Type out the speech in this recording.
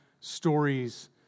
stories